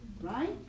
right